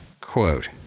Quote